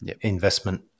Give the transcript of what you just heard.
investment